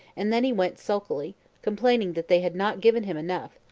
and then he went sulkily, complaining that they had not given him enough,